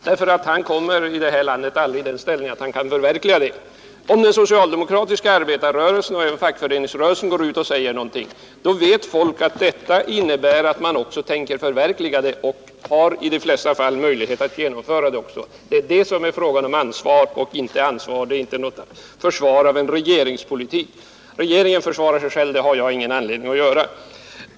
Herr Lorentzon kommer nämligen aldrig i den ställningen att han kan förverkliga det han talar om. Om den socialdemokratiska arbetarrörelsen och fackföreningsrörelsen går ut och säger någonting, vet folk att man tänker förverkliga det och i de flesta fall också har möjlighet att göra det. Det är en fråga om att ha ansvar eller inte. Det är inget försvar av någon regeringspolitik; regeringen försvarar sig själv, och det har jag ingen anledning att göra.